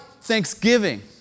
thanksgiving